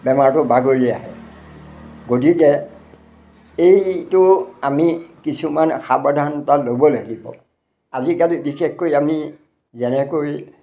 বেমাৰটো বাগৰি আহে গতিকে এইটো আমি কিছুমান সাৱধানতা ল'ব লাগিব আজিকালি বিশেষকৈ আমি যেনেকৈ